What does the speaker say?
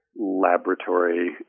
laboratory